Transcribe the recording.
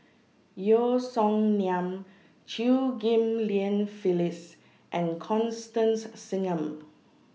Yeo Song Nian Chew Ghim Lian Phyllis and Constance Singam